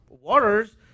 waters